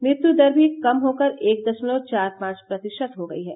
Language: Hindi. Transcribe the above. मृत्यु दर भी कम होकर एक दशमलव चार पांच प्रतिशत हो गई है